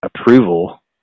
approval